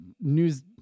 news